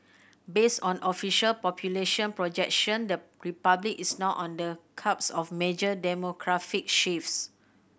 based on official population projection the Republic is now on the cusp of major demographic shifts